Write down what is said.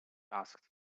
asked